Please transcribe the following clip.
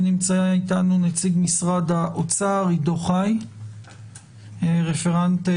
ונמצא איתנו נציג משרד האוצר עידו חי, רפרנט.